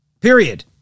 Period